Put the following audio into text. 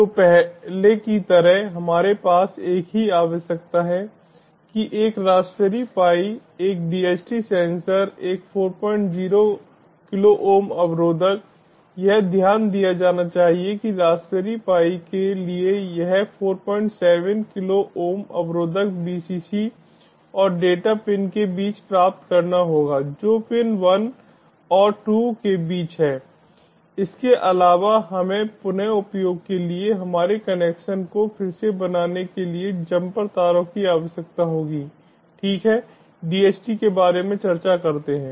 तो पहले की तरह ही हमारे पास एक ही आवश्यकता है कि एक रासबेरी पाई एक DHT सेंसर एक 40 किलो ओम अवरोधक यह ध्यान दिया जाना चाहिए कि रासबेरी पाई के लिए यह 47 किलो ओम अवरोधक बीसीसी और डेटा पिन के बीच प्राप्त करना होगा जो पिन 1 और 2 के बीच है इसके अलावा हमें पुन उपयोग के लिए हमारे कनेक्शन को फिर से बनाने के लिए जम्पर तारों की आवश्यकता होगी ठीक है DHT के बारे में चर्चा करते हैं